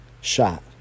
shot